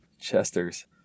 chester's